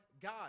God